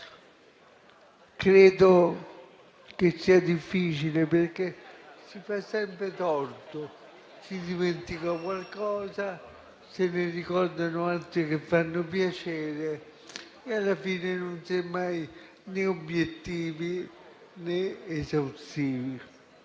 Credo che sia difficile perché si fa sempre torto: si dimentica qualche cosa, se ne ricordano altre che fanno piacere e alla fine non si è mai né obiettivi, né esaustivi.